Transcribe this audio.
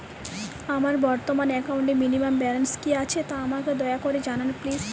আমার বর্তমান একাউন্টে মিনিমাম ব্যালেন্স কী আছে তা আমাকে দয়া করে জানান প্লিজ